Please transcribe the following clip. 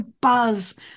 buzz